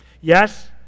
Yes